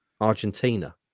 Argentina